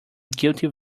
guilty